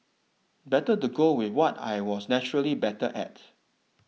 better to go with what I was naturally better at